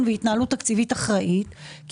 והתנהלות תקציבית אחראית בתקציב המשכי.